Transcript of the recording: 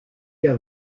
qu’à